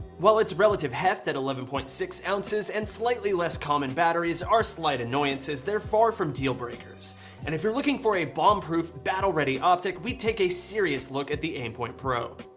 while its relative heft at eleven point six ounces and slightly less common batteries are slight annoyances, they're far from deal breakers and if you're looking for a bomb proof battle ready optic, we take a serious look at the aimpoint pro.